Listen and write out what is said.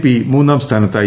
P മൂന്നാം സ്ഥാനത്തായി